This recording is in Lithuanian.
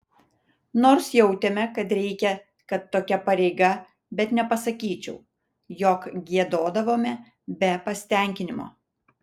nors jautėme kad reikia kad tokia pareiga bet nepasakyčiau jog giedodavome be pasitenkinimo